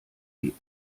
die